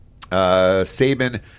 Saban